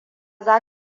za